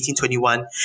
1821